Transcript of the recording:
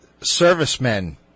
servicemen